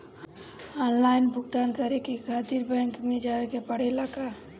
Online भुगतान करे के खातिर बैंक मे जवे के पड़ेला का?